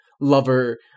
lover